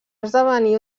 esdevenir